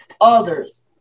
others